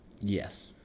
Yes